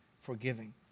forgiving